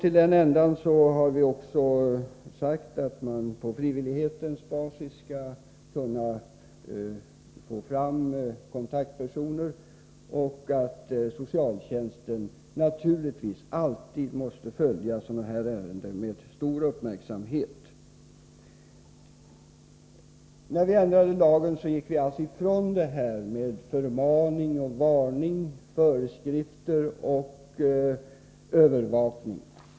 Till den ändan har vi också sagt att man på frivillighetens basis skall kunna få fram kontaktpersoner och att socialtjäns ten naturligtvis alltid måste följa sådana här ärenden med stor uppmärksamhet. När vi ändrade lagen gick vi alltså ifrån detta med förmaning och varning samt föreskrifter och övervakning.